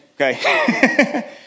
okay